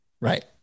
Right